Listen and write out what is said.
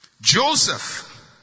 Joseph